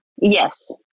Yes